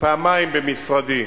פעמיים במשרדי,